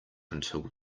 until